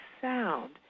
sound